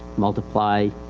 multiply, ah,